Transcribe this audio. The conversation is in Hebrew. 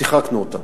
שיחקנו אותה.